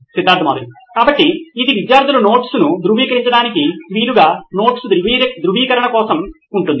Siddharth Maturi CEO నోయిన్ electronics కాబట్టి ఇది విద్యార్థుల నోట్స్ను ధృవీకరించడానికి వీలుగా నోట్స్ ధృవీకరణ కోసం ఉంటుంది